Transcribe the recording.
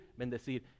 bendecir